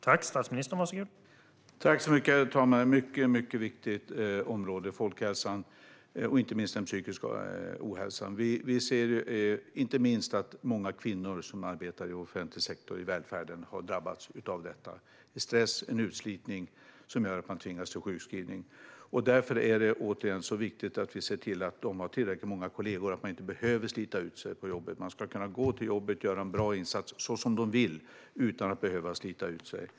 Herr talman! Folkhälsan är ett mycket viktigt område, inte minst den psykiska ohälsan. Vi ser att särskilt många kvinnor som arbetar i offentlig sektor, i välfärden, har drabbats av detta. Stress och utslitning gör att man tvingas till sjukskrivning. Därför är det återigen viktigt att vi ser till att de har tillräckligt många kollegor, så att de inte behöver slita ut sig på jobbet. De ska kunna gå till jobbet och göra en bra insats, så som de vill, utan att behöva slita ut sig.